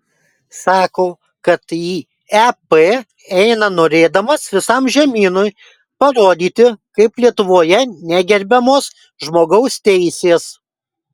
sako kad į ep eina norėdamas visam žemynui parodyti kaip lietuvoje negerbiamos žmogaus teisės